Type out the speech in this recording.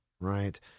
right